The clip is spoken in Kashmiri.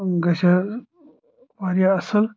گژھِ ہا واریاہ اصل